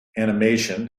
animation